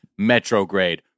Metrograde